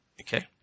Okay